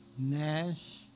Nash